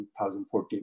2014